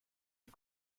die